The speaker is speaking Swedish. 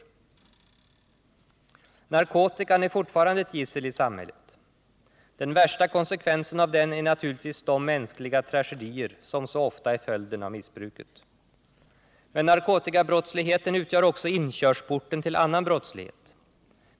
Narkotikan är fortfarande ett gissel i samhället. Den värsta konsekvensen av den är naturligtvis de mänskliga tragedier som så ofta är följden av missbruket. Men narkotikabrottsligheten utgör också inkörsporten till annan brottslighet.